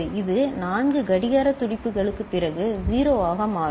இது 4 கடிகார துடிப்புகளுக்குப் பிறகு 1 ஆக மாறும்